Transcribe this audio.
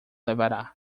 levará